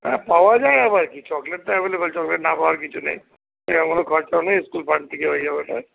হ্যাঁ পাওয়া যায় আবার কি চকলেট তো অ্যাভেলেবেল চকলেট না পাওয়ার কিছু নেই তেমন কোন খরচাও নেই স্কুল ফান্ড থেকেই হয়ে যাবে ওটা